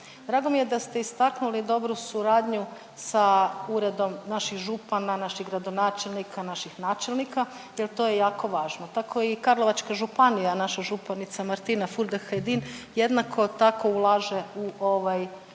Drago mi je da ste istaknuli dobru suradnju sa uredom naših župana, naših gradonačelnika, naših načelnika jer to je jako važno. Tako i Karlovačka županija, naša županica Martina Furdek Hajdin jednako tako ulaže u ovaj dio